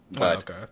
Okay